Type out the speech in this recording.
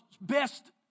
best